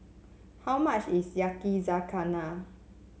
how much is Yakizakana